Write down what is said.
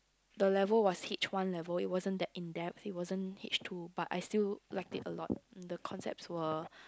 the level was H one level it wasn't that in depth it wasn't H two but I still liked it a lot the concepts were